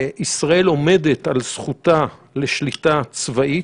ישראל עומדת על זכותה לשליטה צבאית,